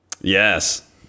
Yes